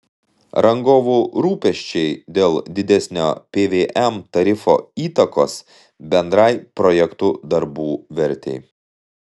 rangovų rūpesčiai dėl didesnio pvm tarifo įtakos bendrai projektų darbų vertei